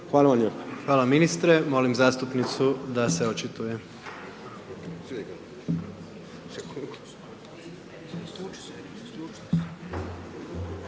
Hvala ministre, molim zastupnicu da se očituje.